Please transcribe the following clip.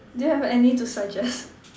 do you have any to suggest